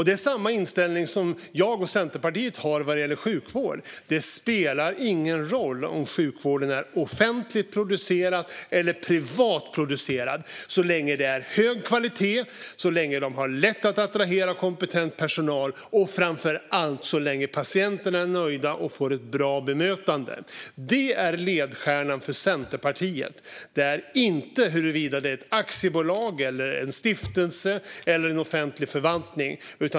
Det är samma inställning som jag och Centerpartiet har vad gäller sjukvård. Det spelar ingen roll om sjukvården är offentlig eller privat så länge det är hög kvalitet och det är lätt att attrahera kompetent personal och framför allt så länge patienterna är nöjda och får ett bra bemötande. Det är ledstjärnan för Centerpartiet, inte huruvida det är ett aktiebolag, en stiftelse eller en offentlig förvaltning.